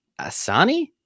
Asani